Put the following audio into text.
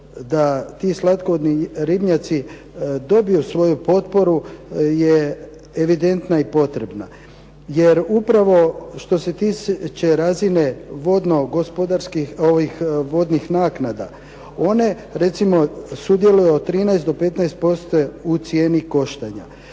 da ti slatkovodni ribnjaci dobiju svoju potporu je evidentna i potrebna. Jer upravo što se tiče vodno gospodarskih, ovih vodnih naknada, one recimo sudjeluju od 13 do 15% u cijeni koštanja.